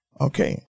Okay